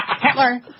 Hitler